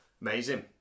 Amazing